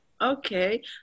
Okay